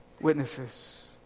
witnesses